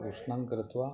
उष्णं कृत्वा